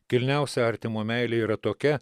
kilniausia artimo meilė yra tokia